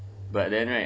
I